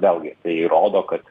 vėlgi tai įrodo kad